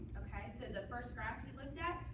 ok? so the first graph we looked at,